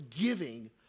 giving